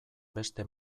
beste